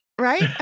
right